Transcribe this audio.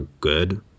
good